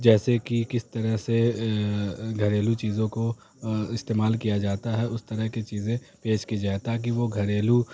جیسے کہ کس طرح سے گھریلو چیزوں کو استعمال کیا جاتا ہے اس طرح کی چیزیں پیش کی جائیں کہ وہ گھریلو